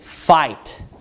Fight